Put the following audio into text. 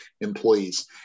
employees